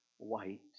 white